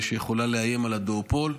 שיכולה לאיים על הדואופול.